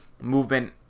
movement